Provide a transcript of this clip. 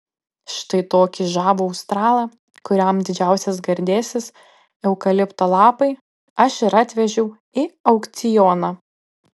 štai tokį žavų australą kuriam didžiausias gardėsis eukalipto lapai aš ir atvežiau į aukcioną